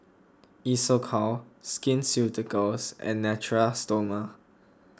Isocal Skin Ceuticals and Natura Stoma